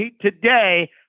today